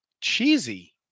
cheesy